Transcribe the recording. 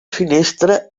finestra